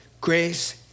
grace